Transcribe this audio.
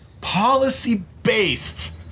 policy-based